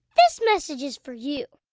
this message is for you